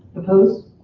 opposed.